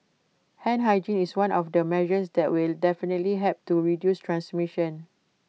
hand hygiene is one of the measures that will definitely help to reduce transmission